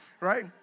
right